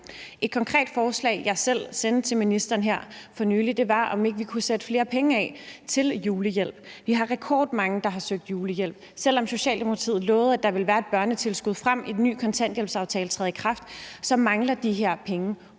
Et konkret forslag, jeg selv sendte til ministeren her for nylig, var, om ikke vi kunne sætte flere penge af til julehjælp. Vi har rekordmange, der har søgt julehjælp. Selv om Socialdemokratiet lovede, at der ville være et børnetilskud, frem til en ny kontanthjælpsaftale træder i kraft, mangler de her penge.